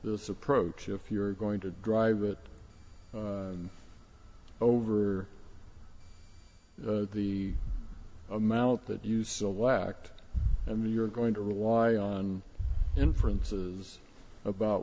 this approach if you're going to drive it over the amount that you so whacked and you're going to rely on inferences about